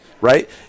right